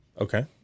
Okay